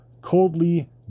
coldly